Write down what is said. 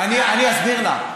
אסביר לך.